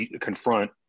confront